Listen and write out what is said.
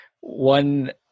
one